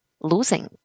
losing